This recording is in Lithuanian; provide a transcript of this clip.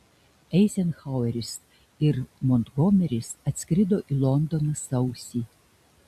eizenhaueris ir montgomeris atskrido į londoną sausį